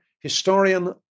historian